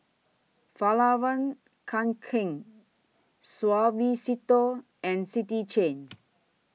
Fjallraven Kanken Suavecito and City Chain